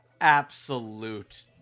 absolute